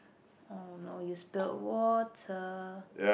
oh no you spilled water